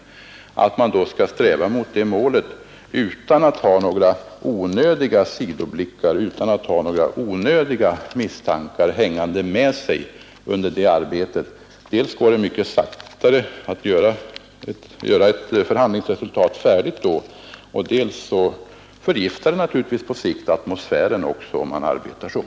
Mot det målet skall vi alla sträva utan onödiga sidoblickar och misstankar. Dels går det i annat fall mycket långsammare att nå ett förhandlingsresultat, dels förgiftar ett sådant arbetssätt på sikt atmosfären.